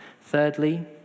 thirdly